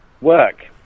work